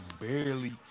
barely